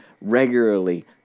regularly